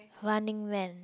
Running-Man